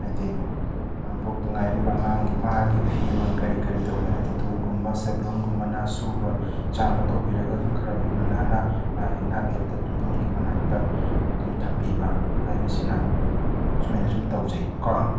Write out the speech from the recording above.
ꯍꯥꯏꯗꯤ ꯄꯣꯛꯄꯇ ꯉꯥꯏꯔꯤꯕ ꯑꯉꯥꯡꯒꯤ ꯃꯥꯒꯤ ꯐꯤꯔꯣꯜ ꯀꯔꯤ ꯀꯔꯤꯗꯣ ꯑꯩꯈꯣꯏꯅ ꯗꯤꯇꯣꯜꯒꯨꯝꯕ ꯁꯦꯕ꯭ꯂꯣꯟꯒꯨꯝꯕꯅ ꯁꯨꯕ ꯆꯥꯝꯕ ꯇꯧꯕꯤꯔꯒ ꯈꯔ ꯂꯨꯅ ꯅꯥꯟꯅ ꯃꯥꯒꯤ ꯅꯥꯛ ꯌꯦꯠꯇ ꯇꯨꯝꯐꯝꯒꯤ ꯃꯅꯥꯛꯇ ꯑꯗꯨꯝ ꯊꯝꯕꯤꯕ ꯍꯥꯏꯕꯁꯤꯅ ꯁꯨꯃꯥꯏꯅꯁꯨꯝ ꯇꯧꯖꯩ ꯀꯣ